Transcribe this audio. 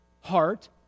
heart